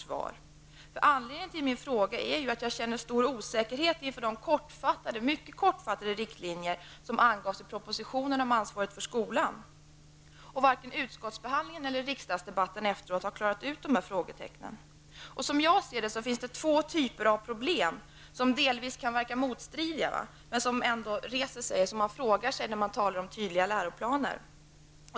Anledningen till att jag ställde mina frågor är att jag känner stor osäkerhet inför de mycket kortfattade riktlinjer som angavs i propositionen om ansvaret för skolan, och varken utskottsbehandlingen eller riksdagsdebatten efteråt har klarat ut dessa frågetecken. Som jag ser det, finns det två typer av problem, som delvis kan verka motstridiga, som reser sig när man talar om tydliga läroplaner.